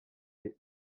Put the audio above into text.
des